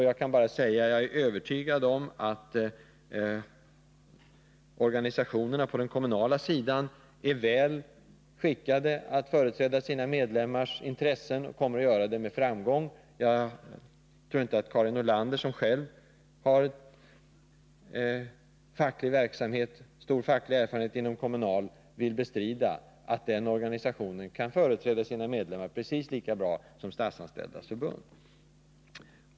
Jag kan bara säga: Jag är övertygad om att organisationerna på den kommunala sidan är väl skickade att företräda sina medlemmars intressen och kommer att göra det med framgång. Jag tror inte att Karin Nordlander, som själv har stor facklig erfarenhet inom Kommunal, vill bestrida att den organisationen kan företräda sina medlemmar precis lika bra som Statsanställdas förbund.